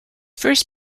first